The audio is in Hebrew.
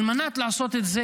על מנת לעשות את זה,